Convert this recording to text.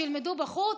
שילמדו בחוץ?